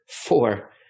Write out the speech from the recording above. four